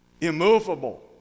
immovable